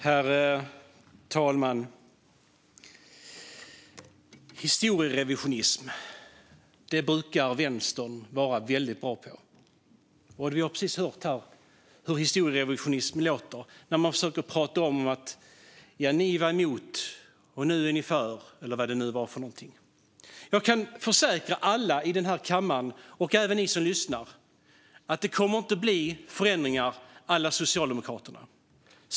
Herr talman! Historierevisionism brukar vänstern vara väldigt bra på. Vi har precis hört här hur historierevisionism låter. Man försöker prata om att "ni var emot, och nu är ni för", eller vad det nu var. Jag kan försäkra alla i den här kammaren och även er som lyssnar att det inte kommer att bli förändringar à la Socialdemokraterna.